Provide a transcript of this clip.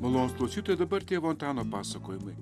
malonūs klausytojai dabar tėvo antano pasakojimai